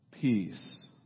Peace